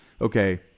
okay